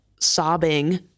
sobbing